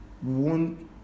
one